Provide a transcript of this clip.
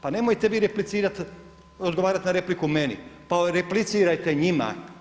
Pa nemojte vi replicirati, odgovarati na repliku meni, pa replicirajte njima.